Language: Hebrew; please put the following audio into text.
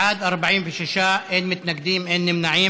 בעד, 46, אין מתנגדים, אין נמנעים.